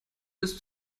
bis